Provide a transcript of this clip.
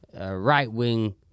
right-wing